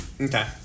Okay